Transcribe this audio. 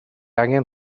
angen